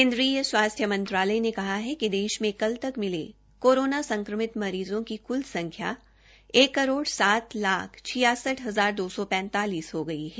केन्द्रीय स्वास्थ्य मंत्रालय ने कहा है कि देश में कल तक मिले कोरोना संक्रमित मरीज़ों की संख्या एक करोड़ सात लाख छियासठ हजार दो सौ पैंतालिस हो गई है